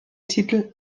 titel